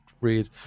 read